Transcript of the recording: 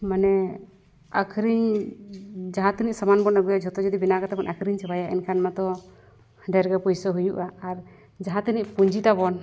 ᱢᱟᱱᱮ ᱟᱹᱠᱷᱨᱤᱧ ᱡᱟᱦᱟᱸ ᱛᱤᱱᱟᱹᱜ ᱥᱟᱢᱟᱱ ᱵᱚᱱ ᱟᱹᱜᱩᱭᱟ ᱡᱚᱛᱚ ᱡᱩᱫᱤ ᱵᱮᱱᱟᱣ ᱠᱟᱛᱮᱫ ᱵᱚᱱ ᱟᱹᱠᱷᱨᱤᱧ ᱪᱟᱵᱟᱭᱟ ᱮᱱᱠᱦᱟᱱ ᱢᱟᱛᱚ ᱰᱷᱮᱨ ᱜᱮ ᱯᱩᱭᱥᱟᱹ ᱦᱩᱭᱩᱜᱼᱟ ᱟᱨ ᱡᱟᱦᱟᱸ ᱛᱤᱱᱟᱹᱜ ᱯᱩᱸᱡᱤ ᱛᱟᱵᱚᱱ